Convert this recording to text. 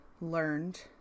learned